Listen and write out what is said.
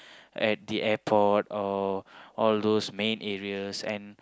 at the airport or all those main areas